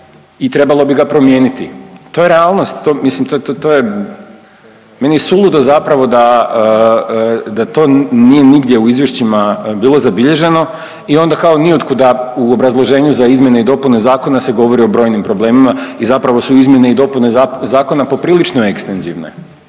i trebalo bi ga promijeniti. To je realnost to, mislim to, to je, meni je suludo zapravo da to nije nigdje u izvješćima bilo zabilježeno i onda kao niotkuda u obrazloženju za izmjene i dopune zakona se govori o brojnim problemima i zapravo su izmjene i dopune zakona poprilično ekstenzivne.